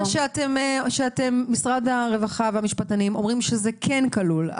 אני מבינה שמשרד הרווחה והמשפטנים אומרים שזה כן כלול,